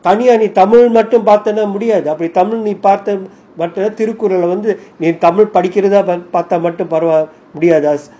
தனியாநீதமிழ்மட்டும்பார்த்தமுடியாதுஅப்டிதமிழ்மட்டும்நீபார்த்தனாதிருக்குறள்வந்துதனியாபார்த்தாமுடியாது:thania nee tamil mattum partha mudiathu apdi tamil mattum nee parthana thirukural vandhu thaniya partha mudiathu